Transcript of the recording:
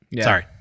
Sorry